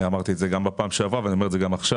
אמרתי את זה גם בפעם שעברה ואני אומר את זה גם עכשיו,